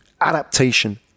adaptation